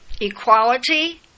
equality